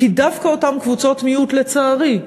כי דווקא אותן קבוצות מיעוט לא רצו, לצערי,